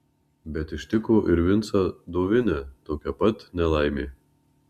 bet ištiko ir vincą dovinę tokia pat nelaimė